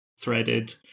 threaded